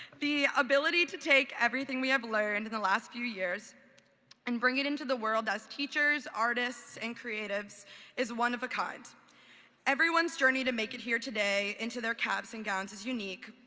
the ability to take everything we have learned in the last few years and bring it into the world as teachers, artists, and creatives is one-of-a-kind. everyone's journey to make it here today into their caps and gowns is unique,